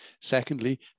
Secondly